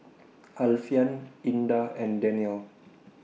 Alfian Indah and Danial